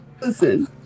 Listen